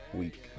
week